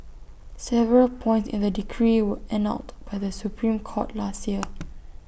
several points in the decree were annulled by the Supreme court last year